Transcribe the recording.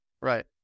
Right